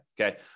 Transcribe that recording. Okay